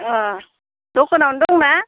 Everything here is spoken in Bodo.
अ दखानावनो दंना